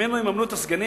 שממנו יממנו את הסגנים.